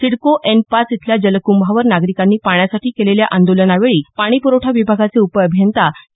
CIDCO N पाच इथल्या जलकंभावर नागरिकांनी पाण्यासाठी केलेल्या आंदोलनावेळी पाणी प्रवठा विभागाचे उपअभियंता के